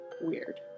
Weird